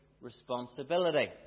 responsibility